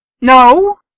No